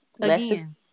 again